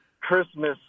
Christmas